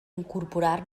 incorporar